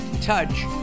touch